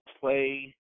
play